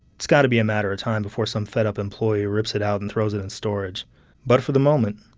it's gotta be a matter of time before some fed-up employee rips it out and throws it in storage but for the moment,